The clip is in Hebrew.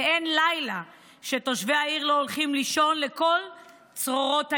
ואין לילה שתושבי העיר לא הולכים לישון לקול צרורות הירי,